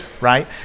right